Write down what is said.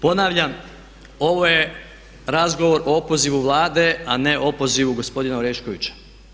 Ponavljam, ovo je razgovor o opozivu Vlade a ne opozivu gospodina Oreškovića.